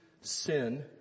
sin